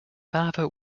father